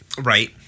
Right